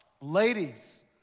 ladies